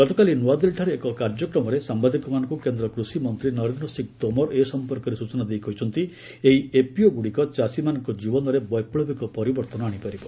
ଗତକାଲି ନୂଆଦିଲ୍ଲୀଠାରେ ଏକ କାର୍ଯ୍ୟକ୍ରମରେ ସାମ୍ବାଦିକମାନଙ୍କୁ କେନ୍ଦ୍ର କୃଷିମନ୍ତ୍ରୀ ନରେନ୍ଦ୍ର ସିଂହ ତୋମର ଏ ସମ୍ପର୍କରେ ସ୍ବଚନା ଦେଇ କହିଛନ୍ତି ଏହି ଏଫ୍ପିଓଗୁଡ଼ିକ ଚାଷୀମାନଙ୍କ ଜୀବନରେ ବୈପ୍ଲବିକ ପରିବର୍ତ୍ତନ ଆଣିପାରିବ